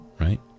right